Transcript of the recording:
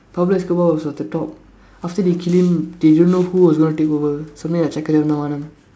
Pablo Escobar was at the top after they kill him they don't know who was going to take over something like Chekka Chivantha Vaanam